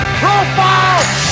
profile